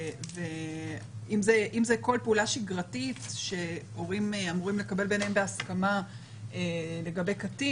ואם זאת כל פעולה שגרתית שהורים אמורים לקבל ביניהם בהסכמה לגבי קטין,